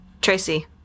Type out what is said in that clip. Tracy